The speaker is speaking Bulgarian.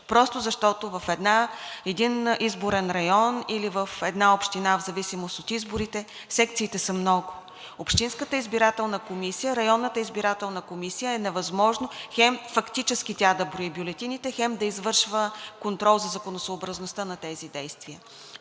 Просто защото в един изборен район или в една община, в зависимост от изборите, секциите са много. Общинската избирателна комисия, районната избирателна комисия е невъзможно хем фактически да брои бюлетините, хем да извършва контрол за законосъобразността на тези действия.